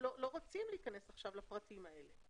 לא רוצים להיכנס לפרטים האלה.